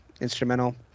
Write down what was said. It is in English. instrumental